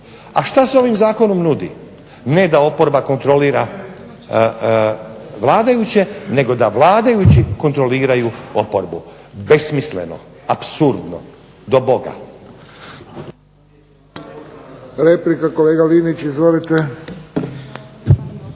A šta se ovim zakonom nudi? Ne da oporba kontrolira vladajuće, nego da vladajući kontroliraju oporbu. Besmisleno, apsurdno do Boga. **Friščić, Josip